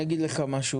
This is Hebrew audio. יש לנו כבר את האינסנטיב.